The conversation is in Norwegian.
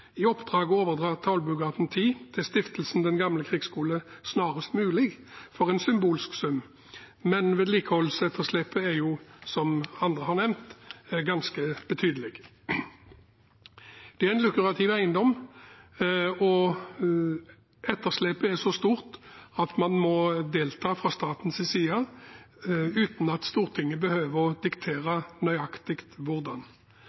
i oppdrag å overdra Tollbugata 10 til Stiftelsen Den Gamle Krigsskole snarest mulig for en symbolsk sum, men vedlikeholdsetterslepet er, som andre har nevnt, ganske betydelig. Det er en lukrativ eiendom, og etterslepet er så stort at man må delta fra statens side, uten at Stortinget behøver å diktere nøyaktig hvordan.